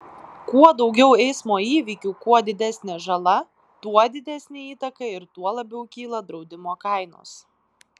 kuo daugiau eismo įvykių kuo didesnė žala tuo didesnė įtaka ir tuo labiau kyla draudimo kainos